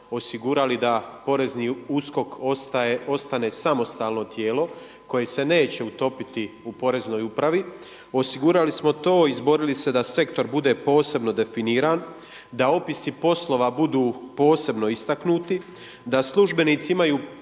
osigurali da porezni USKOK ostane samostalno tijelo koje se neće utopiti u poreznoj upravi. Osigurali smo to, izborili se da sektor bude posebno definiran, da opisi poslova budu posebno istaknuti, da službenici imaju